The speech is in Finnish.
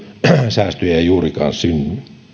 kustannussäästöjä ei juurikaan synny